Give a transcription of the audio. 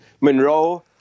Monroe